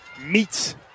meets